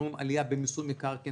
אנחנו רואים עלייה במיסוי מקרקעין,